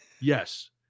yes